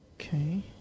okay